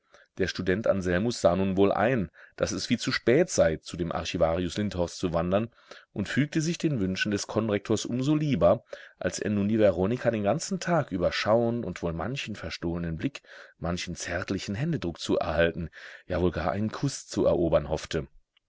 der student anselmus sah nun wohl ein daß es viel zu spät sei zu dem archivarius lindhorst zu wandern und fügte sich den wünschen des konrektors um so lieber als er nun die veronika den ganzen tag über schauen und wohl manchen verstohlnen blick manchen zärtlichen händedruck zu erhalten ja wohl gar einen kuß zu erobern hoffte